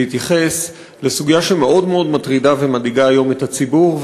להתייחס לסוגיה שמאוד מטרידה ומדאיגה היום את הציבור,